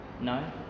No